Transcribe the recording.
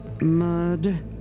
Mud